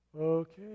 Okay